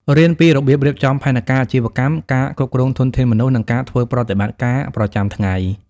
រៀនពីរបៀបរៀបចំផែនការអាជីវកម្ម ការគ្រប់គ្រងធនធានមនុស្ស និងការធ្វើប្រតិបត្តិការប្រចាំថ្ងៃ។